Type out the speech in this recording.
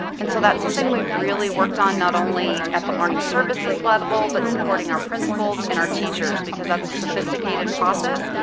and so that's something we've really worked on not only at the learning services level but supporting our principals and our teachers because that's a sophisticated process,